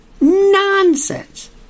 Nonsense